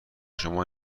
شما